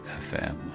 FM